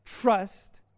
trust